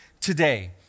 today